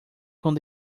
con